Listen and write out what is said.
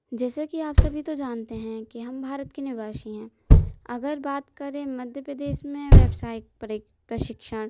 जैसे कि आप सभी तो जानते हैं कि हम भारत के निवासी हैं अगर बात करें मध्य प्रदेश में व्यावसायिक प्रशिक्षण